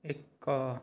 ଏକ